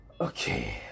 Okay